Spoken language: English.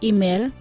Email